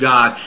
God